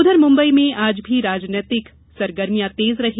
उधर मुम्बई में आज भी राजनीतिक सरगर्मियां तेज रहीं